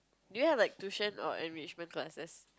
do you have like tuition or enrichment classes